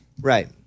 Right